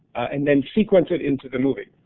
and then sequence it in to the movieoft